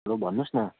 हलो भन्नुहोस् न